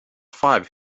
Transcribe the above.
five